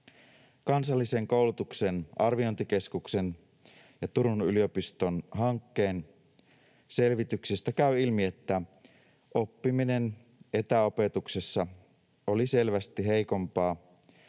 Kansallisen koulutuksen arviointikeskuksen ja Turun yliopiston hankkeen selvityksistä käy ilmi, että oppiminen etäopetuksessa oli selvästi heikompaa